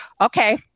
okay